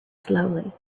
slowly